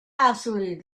absolutely